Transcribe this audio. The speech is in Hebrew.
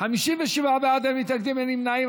57 בעד, אין מתנגדים, אין נמנעים.